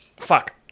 Fuck